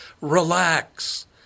Relax